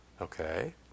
okay